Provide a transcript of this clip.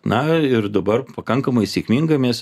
na ir dabar pakankamai sėkmingai mes